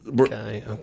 okay